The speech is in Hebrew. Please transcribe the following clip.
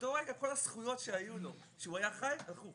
באותו רגע כל הזכויות שהיו לו כשהוא היה חי הלכו.